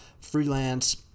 freelance